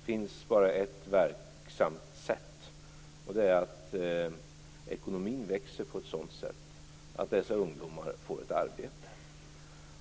Det finns bara ett verksamt sätt, och det är att ekonomin växer på ett sådant sätt att dessa ungdomar får ett arbete.